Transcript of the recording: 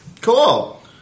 Cool